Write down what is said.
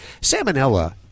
salmonella